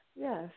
yes